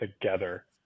together